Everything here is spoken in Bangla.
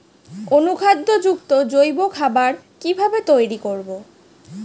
অনুখাদ্য যুক্ত জৈব খাবার কিভাবে তৈরি করব?